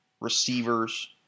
receivers